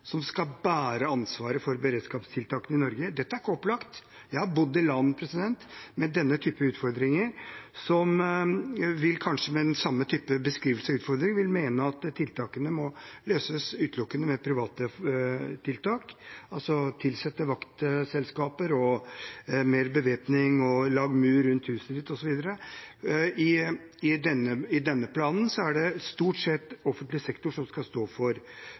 som skal bære ansvaret for beredskapstiltakene i Norge. Dette er ikke opplagt. Jeg har bodd i land med denne typen utfordringer som – med den samme typen beskrivelse av utfordringene – kanskje vil mene at de må løses utelukkende med private tiltak, altså ved tilsetting av vaktselskaper, mer bevæpning, en mur rundt huset, osv. I denne planen er det stort sett offentlig sektor som skal stå for